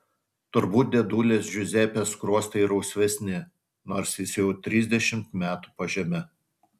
turbūt dėdulės džiuzepės skruostai rausvesni nors jis jau trisdešimt metų po žeme